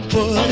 Put